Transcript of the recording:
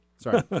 Sorry